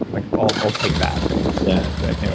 like, i'll i'll take that, thanks. yeah anyway,